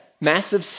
massive